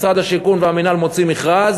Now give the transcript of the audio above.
משרד השיכון והמינהל מוציאים מכרז,